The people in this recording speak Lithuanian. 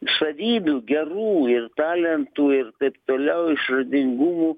savybių gerų ir talentų ir taip toliau išradingumų